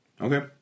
Okay